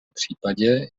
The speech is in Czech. případě